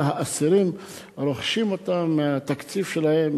אלא האסירים רוכשים אותם מהתקציב שלהם,